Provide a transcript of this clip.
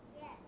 Yes